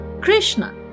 Krishna